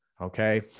okay